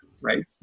right